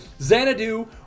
Xanadu